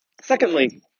Secondly